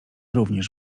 również